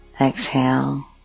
exhale